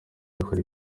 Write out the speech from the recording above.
uruhare